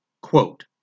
Quote